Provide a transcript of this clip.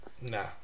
Nah